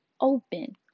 open